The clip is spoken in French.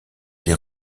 les